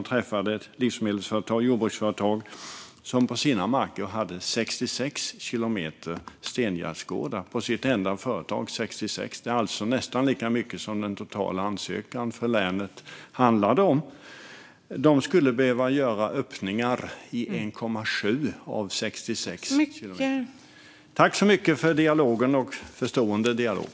Hon träffade där ett livsmedelsföretag, jordbruksföretag, som på sina marker hade 66 kilometer stengärdsgårdar. Det gäller alltså ett enda företag. Det är nästan lika mycket som den totala ansökan för länet handlade om. De skulle behöva göra öppningar i 1,7 av dessa. Tack så mycket för en förstående dialog!